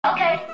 Okay